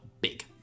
big